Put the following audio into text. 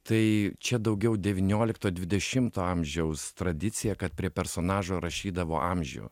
tai čia daugiau devyniolikto dvidešimto amžiaus tradicija kad prie personažo rašydavo amžių